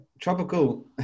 Tropical